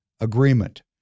agreement